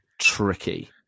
tricky